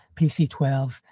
PC-12